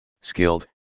skilled